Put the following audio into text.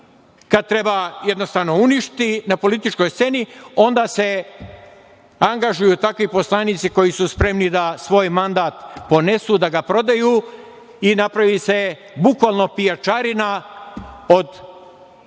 Kad treba uništiti na političkoj sceni, onda se angažuju takvi poslanici koji su spremni da svoj mandat ponesu, da ga prodaju i napravi se bukvalno pijačarina od Narodne